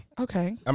Okay